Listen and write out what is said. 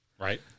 Right